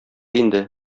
инде